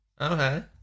Okay